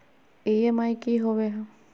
EMI की होवे है?